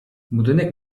budynek